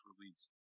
released